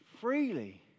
freely